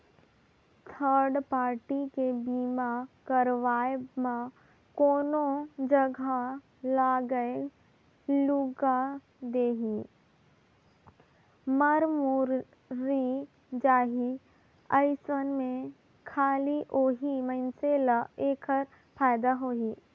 third party के बीमा करवाब म कोनो जघा लागय लूगा देही, मर मुर्री जाही अइसन में खाली ओही मइनसे ल ऐखर फायदा होही